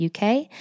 UK